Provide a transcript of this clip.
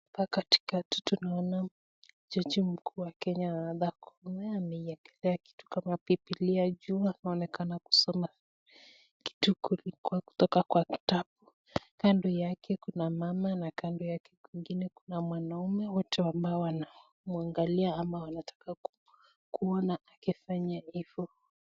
Hapa katikati tunaona chaji mkuu wa Kenya Martha Koome ameiekelea kitu kama bibilia juu anaonekana kusoma kitu kutoka kwa kitabu kando yake kuna mama hapo kando yake kwingine kuna mwanaume wote wamemwangalia anayetaka kuona akifanya hivo.